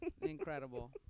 Incredible